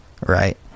right